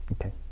okay